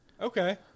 Okay